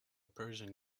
persian